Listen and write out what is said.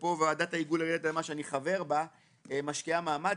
ופה ועדת ה- -- שאני חבר בה משקיעה מאמץ,